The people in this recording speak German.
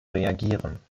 reagieren